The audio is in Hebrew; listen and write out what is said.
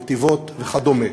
נתיבות וכדומה.